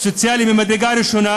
סוציאלי ממדרגה ראשונה,